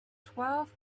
twelve